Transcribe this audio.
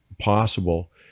possible